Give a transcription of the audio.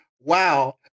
Wow